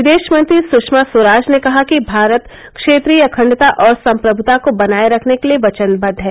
विदेशमंत्री सुषमा स्वराज ने कहा कि भारत क्षेत्रीय अखंडता और संप्रमुता को बनाये रखने के लिए वचनबद्व है